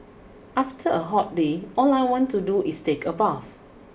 after a hot day all I want to do is take a bath